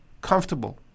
comfortable